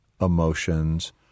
emotions